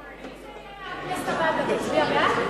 אם זה יהיה מהכנסת הבאה, אתה תצביע בעד?